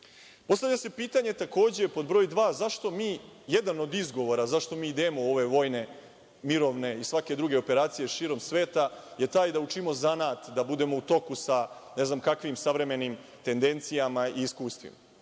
se pitanje, takođe, pod broj dva, zašto mi jedan od izgovora, zašto mi idemo u ove vojne, mirovne i svake druge operacije širom sveta, je taj da učimo zanat, da budemo u toku sa ne znam kakvim savremenim tendencijama i iskustvima,